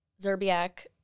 Zerbiak